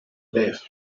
left